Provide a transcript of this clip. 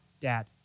dad